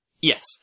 Yes